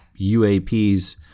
UAPs